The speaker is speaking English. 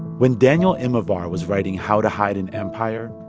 when daniel immerwahr was writing how to hide an empire,